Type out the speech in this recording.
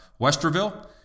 Westerville